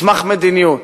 מסמך מדיניות.